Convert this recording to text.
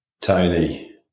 Tony